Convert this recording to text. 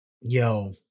Yo